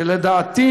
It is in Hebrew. שלדעתי